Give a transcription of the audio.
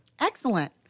Excellent